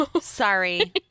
Sorry